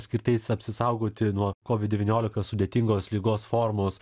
skirtais apsisaugoti nuo kovid devyniolika sudėtingos ligos formos